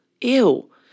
ew